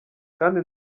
kandi